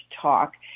talk